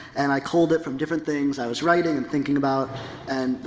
and i culled it from different things i was writing and thinking about and,